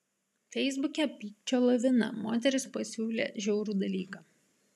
feisbuke pykčio lavina moteris pasiūlė žiaurų dalyką